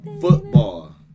Football